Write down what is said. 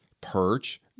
perch